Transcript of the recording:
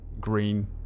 green